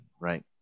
right